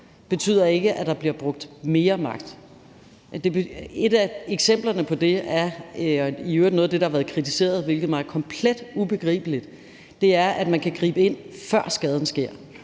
betyder ikke, at der bliver brugt mere magt. Et af eksemplerne på det er – i øvrigt noget af det, der har været kritiseret, hvilket er mig komplet ubegribeligt – at man kan gribe ind, før skaden sker,